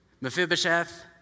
Mephibosheth